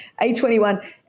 A21